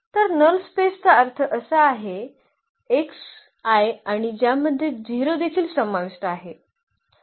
तर नल स्पेसचा अर्थ असा आहे आणि ज्यामध्ये 0 देखील समाविष्ट आहे